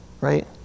Right